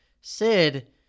Sid